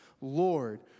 lord